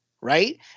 Right